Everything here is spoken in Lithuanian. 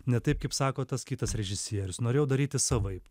ne taip kaip sako tas kitas režisierius norėjau daryti savaip